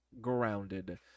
Grounded